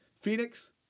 Phoenix